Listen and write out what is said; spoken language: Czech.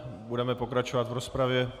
Budeme pokračovat v rozpravě.